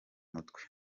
umutwe